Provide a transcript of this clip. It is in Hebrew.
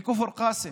מכפר קאסם.